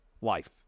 life